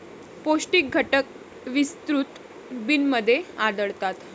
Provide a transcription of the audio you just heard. पौष्टिक घटक विस्तृत बिनमध्ये आढळतात